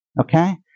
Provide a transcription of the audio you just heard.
okay